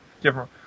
different